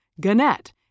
Gannett